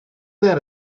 that